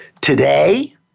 Today